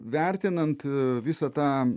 vertinant visą tą